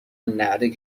ﺷﯿﺮﺍﻥ